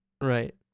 Right